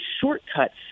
shortcuts